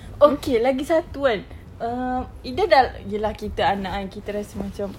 okay lagi satu kan um ida sudah ya lah kita anak kan kita rasa macam